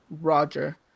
Roger